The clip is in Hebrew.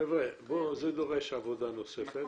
חבר'ה, זה דורש עבודה נוספת.